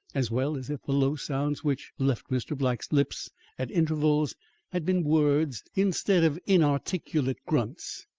as well as if the low sounds which left mr. black's lips at intervals had been words instead of inarticulate grunts.